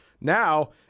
Now